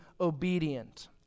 obedient